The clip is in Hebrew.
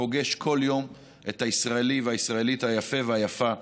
פוגש כל יום את הישראלי והישראלית היפה והיפה.